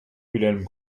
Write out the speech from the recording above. wilhelm